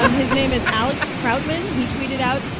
um his name is alek krautmann. he tweeted out,